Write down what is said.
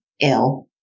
ill